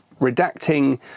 redacting